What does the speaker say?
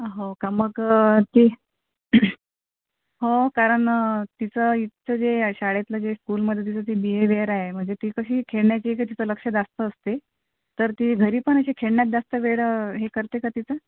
हो का मग ती हो कारण तिचं इथं जे आहे शाळातलं जे स्कूलमधलं बिहेवियर आहे म्हणजे ती कशी खेळण्याचा इथे तिचे लक्ष जास्त असते तर ती घरी पण अशी खेळण्यात जास्त वेळ हे करते का तिचा